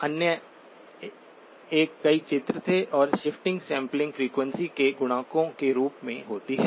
अन्य एक कई चित्र थे और शिफ्टिंग सैंपलिंग फ़्रीक्वेंसी के गुणकों के रूप में होती है